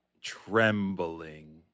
trembling